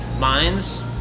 minds